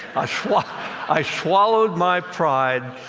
i swallowed i swallowed my pride,